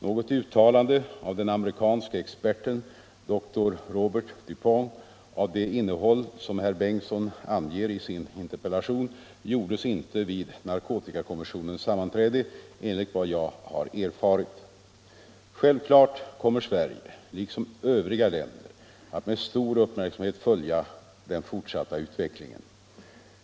Något uttalande av den amerikanske experten dr Robert Dupont av det innehåll som herr Bengtsson anger i sin interpellation gjordes inte vid narkotikakommissionens sammanträde, enligt vad jag har erfarit. Självklart kommer Sverige liksom övriga länder att med stor uppmärksamhet följa den fortsatta utvecklingen.